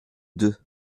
deux